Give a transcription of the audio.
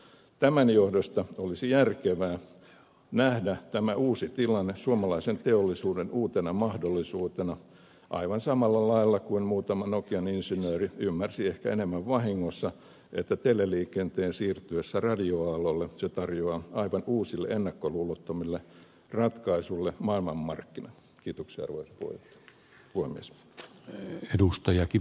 tämän johdosta olisi järkevää nähdä tämä uusi tilanne suomalaisen teollisuuden uutena mahdollisuutena aivan samalla lailla kuin muutama nokian insinööri ymmärsi ehkä enemmän vahingossa että teleliikenteen siirtyminen radioaalloille tarjoaa aivan uusille ennakkoluulottomille ratkaisuille maailmanmarkkinat kiitoksia voi huomiot ryn edustajakin